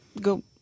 go